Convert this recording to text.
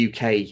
UK